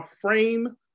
frame